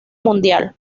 mundial